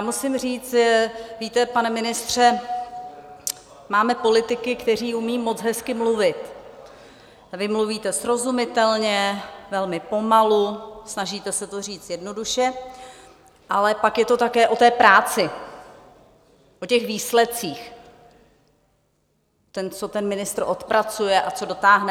Musím říct, víte, pane ministře, máme politiky, kteří umí moc hezky mluvit a vy mluvíte srozumitelně, velmi pomalu, snažíte se to říct jednoduše ale pak je to také o té práci, o výsledcích, co ten ministr odpracuje, co dotáhne.